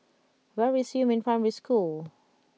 where is Yumin Primary School